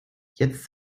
jetzt